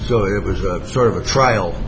so it was sort of a trial